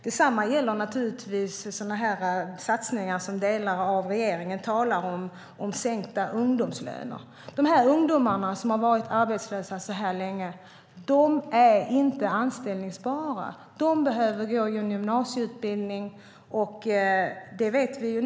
Detsamma gäller naturligtvis satsningar på sänkta ungdomslöner, som delar av regeringen talar om. De ungdomar som har varit arbetslösa så här länge är inte anställbara. De behöver gå en gymnasieutbildning.